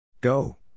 Go